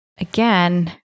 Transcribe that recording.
again